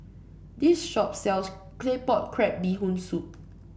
this shop sells Claypot Crab Bee Hoon Soup